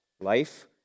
life